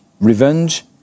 Revenge